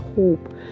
hope